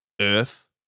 Earth